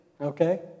Okay